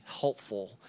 helpful